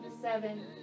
seven